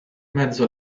mezzo